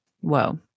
Whoa